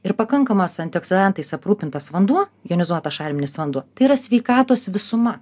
ir pakankamas antioksidantais aprūpintas vanduo jonizuotas šarminis vanduo tai yra sveikatos visuma